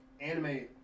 anime